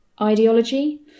ideology